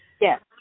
Yes